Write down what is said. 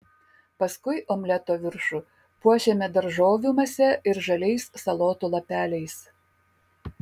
paskui omleto viršų puošiame daržovių mase ir žaliais salotų lapeliais